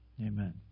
Amen